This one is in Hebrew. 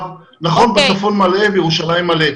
נכון, בצפון מלא, בירושלים מלא.